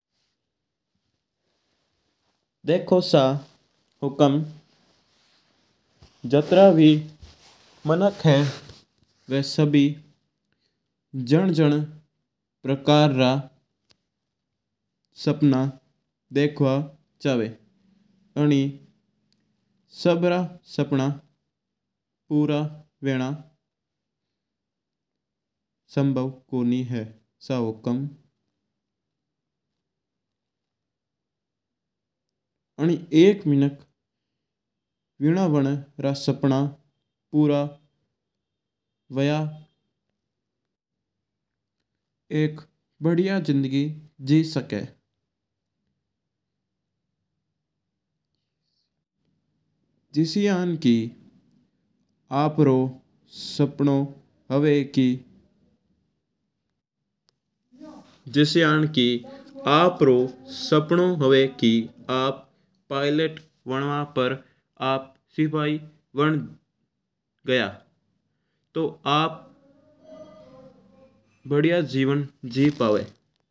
देखो सा हुकम जात्रा भी मानक वा सभि जण-जण प्रकार का सपना देखबा चावा। सगला सपना पूरा होना संभव कोनी है। एक मीनक रा अगरर सपना पूरा हुआ तो बू बड़या जिन्दगी जी सक्का है। जिस्यांन की आप्रो सपना हुआ कि आप पायलेट वनो पर आप सिपाही बण ग्या।